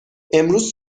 امروز